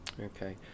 Okay